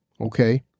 okay